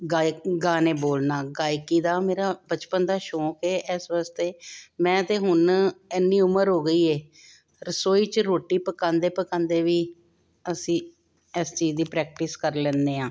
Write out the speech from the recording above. ਗਾਇ ਗਾਣੇ ਬੋਲਣਾ ਗਾਇਕੀ ਦਾ ਮੇਰਾ ਬਚਪਨ ਦਾ ਸ਼ੌਂਕ ਹ ਇਸ ਵਾਸਤੇ ਮੈਂ ਤੇ ਹੁਣ ਇੰਨੀ ਉਮਰ ਹੋ ਗਈ ਹੈ ਰਸੋਈ ਚ ਰੋਟੀ ਪਕਾਂਦੇ ਪਕਾਂਦੇ ਵੀ ਅਸੀਂ ਇਸ ਚੀਜ਼ ਦੀ ਪ੍ਰੈਕਟਿਸ ਕਰ ਲੈਦੇ ਆਂ